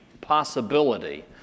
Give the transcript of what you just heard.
possibility